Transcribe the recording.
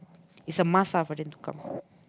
is a must ah for them to come